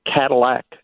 Cadillac